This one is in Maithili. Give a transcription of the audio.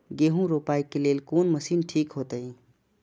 गेहूं रोपाई के लेल कोन मशीन ठीक होते?